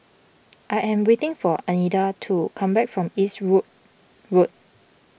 I am waiting for Adina to come back from Eastwood Road